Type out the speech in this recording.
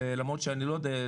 למרות שאני לא יודע,